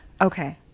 okay